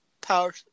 power